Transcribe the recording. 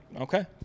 okay